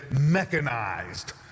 mechanized